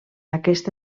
aquesta